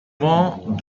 mans